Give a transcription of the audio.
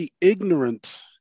ignorant